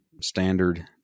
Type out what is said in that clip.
standard